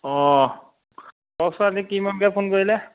অ' কওকচোন আজি কি মন যাই ফোন কৰিলে